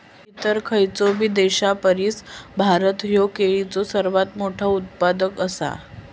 इतर खयचोबी देशापरिस भारत ह्यो केळीचो सर्वात मोठा उत्पादक आसा